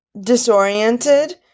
disoriented